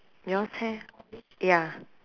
yours have ya